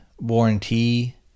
warranty